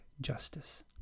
justice